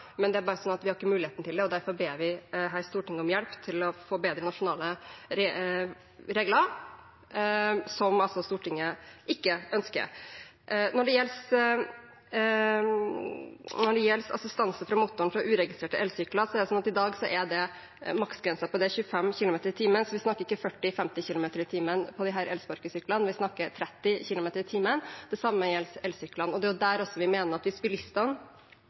men vi har ikke mulighet til det, og derfor ber vi her Stortinget om hjelp til å få bedre nasjonale regler – noe Stortinget altså ikke ønsker. Når det gjelder assistanse fra motoren for uregistrerte elsykler, er det i dag en maksgrense på 25 km/t. Vi snakker ikke om 40–50km/t på disse elsparkesyklene, vi snakker om 30 km/t. Det samme gjelder elsyklene. Vi mener også at hvis bilistene